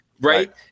Right